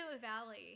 Valley